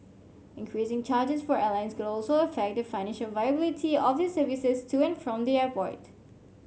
increasing charges for airlines could also affect the financial viability of their services to and from the airport